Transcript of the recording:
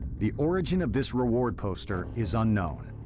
the origin of this reward poster is unknown.